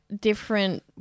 different